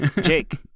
Jake